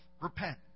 Repent